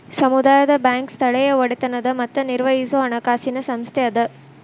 ಸಮುದಾಯ ಬ್ಯಾಂಕ್ ಸ್ಥಳೇಯ ಒಡೆತನದ್ ಮತ್ತ ನಿರ್ವಹಿಸೊ ಹಣಕಾಸಿನ್ ಸಂಸ್ಥೆ ಅದ